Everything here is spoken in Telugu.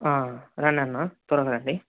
రండన్న త్వరగా రండి